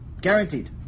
Guaranteed